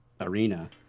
arena